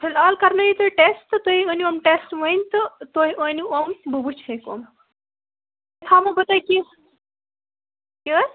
فلحال کَرنٲیوتُہۍ ٹیٚسٹ تہٕ تُہۍ أنِویِم ٹیٚسٹ وُنۍ تہٕ تُہۍ أنِویِم بہٕ وُچھک یِم پَتہٕ ہامو بہٕ تۄہہِ کیٚنٛہہ کیٚاہ حظ